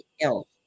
else